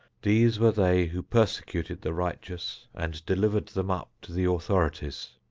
these were they who persecuted the righteous and delivered them up to the authorities.